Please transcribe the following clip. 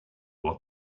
what